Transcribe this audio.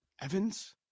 Evans